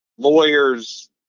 Lawyers